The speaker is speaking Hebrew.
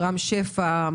רם שפע,